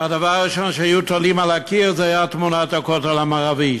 הדבר הראשון שהיו תולים על הקיר היה תמונת הכותל המערבי,